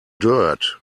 dirt